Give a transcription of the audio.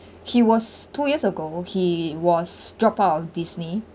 he was two years ago he was dropped out of Disney